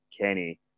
Kenny